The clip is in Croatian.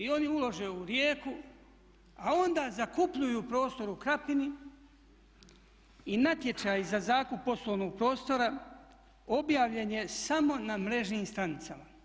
I oni ulože u Rijeku a onda zakupljuju prostor u Krapini i natječaj za zakup poslovnog prostora objavljen je samo na mrežnim stranicama.